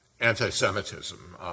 anti-Semitism